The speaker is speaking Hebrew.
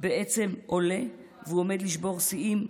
בעצם עולה והוא עומד לשבור שיאים,